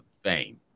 Fame